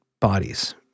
bodies